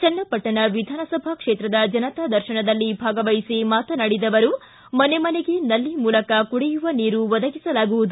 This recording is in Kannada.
ಚನ್ನಪಟ್ಟಣ ವಿಧಾನಸಭಾ ಕ್ಷೇತ್ರದ ಜನತಾ ದರ್ಶನದಲ್ಲಿ ಭಾಗವಹಿಸಿ ಮಾತನಾಡಿದ ಅವರು ಮನೆ ಮನೆಗೆ ನಲ್ಲಿ ಮೂಲಕ ಕುಡಿಯುವ ನೀರು ಒದಗಿಸಲಾಗುವುದು